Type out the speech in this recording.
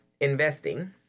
investing